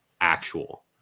actual